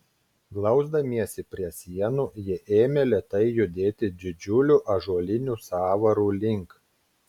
glausdamiesi prie sienų jie ėmė lėtai judėti didžiulių ąžuolinių sąvarų link